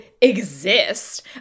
exist